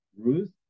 Ruth